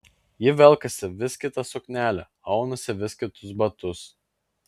ji velkasi vis kitą suknelę aunasi vis kitus batus